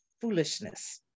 foolishness